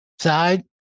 side